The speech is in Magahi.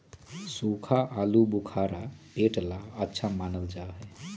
सूखा आलूबुखारा पेट ला अच्छा मानल जा हई